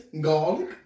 garlic